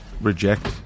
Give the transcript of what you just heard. reject